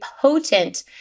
potent